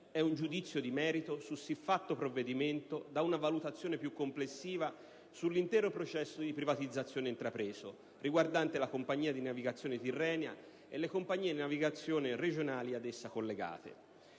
è un giudizio di merito su siffatto provvedimento da una valutazione più complessiva sull'intero processo di privatizzazione intrapreso con riguardo alla compagnia di navigazione Tirrenia e alle compagnie di navigazione regionali ad essa collegate.